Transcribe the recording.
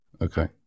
Okay